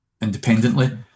independently